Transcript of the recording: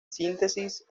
síntesis